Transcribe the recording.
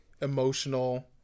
emotional